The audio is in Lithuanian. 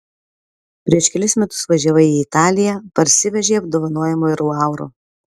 prieš kelis metus važiavai į italiją parsivežei apdovanojimų ir laurų